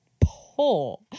poor